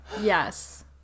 yes